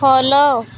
follow